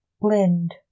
blend